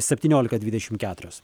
septyniolika dvidešim keturios